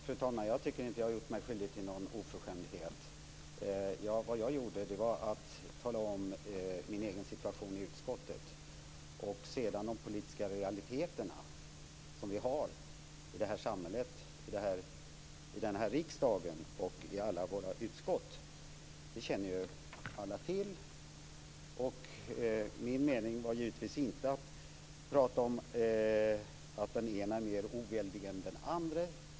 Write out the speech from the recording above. Fru talman! Jag tycker inte att jag har gjort mig skyldig till någon oförskämdhet. Vad jag gjorde var att tala om min egen situation i utskottet. De politiska realiteter som vi har i detta samhälle, i denna riksdag och i alla våra utskott känner alla till. Min mening var givetvis inte att tala om att den ena är mer oväldig än den andre.